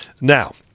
Now